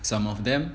some of them